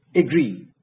agree